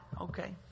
okay